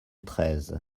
treize